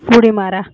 उडी मारा